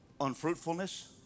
unfruitfulness